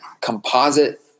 composite